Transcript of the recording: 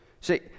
See